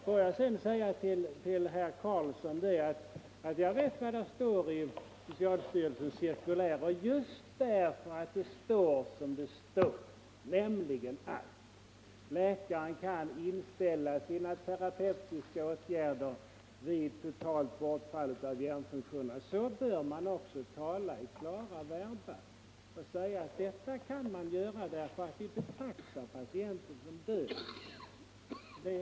Låt mig sedan säga till herr Karlsson i Huskvarna att jag vet vad det står i socialstyrelsens cirkulär, och just därför att det står som det står, nämligen att läkaren kan inställa sina terapeutiska åtgärder vid totalt bortfall av hjärnfunktionerna, bör man tala i klara verba och säga att detta kan man göra därför att man betraktar patienten som död.